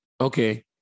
Okay